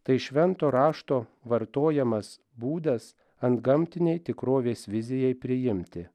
tai švento rašto vartojamas būdas antgamtinei tikrovės vizijai priimti